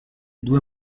due